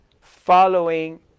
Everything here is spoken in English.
following